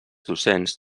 docents